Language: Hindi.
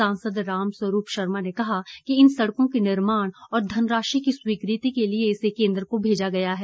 सांसद रामस्वरूप शर्मा ने कहा कि इन सड़कों के निर्माण और धनराशि की स्वीकृति के लिए इसे केंद्र को भेजा गया है